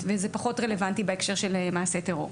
וזה פחות רלוונטי בהקשר של מעשה טרור.